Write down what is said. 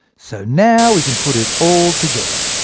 so now we can put it all together.